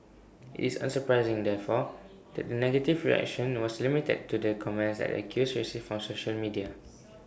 IT is unsurprising therefore that the negative reaction was limited to the comments that the accused received on social media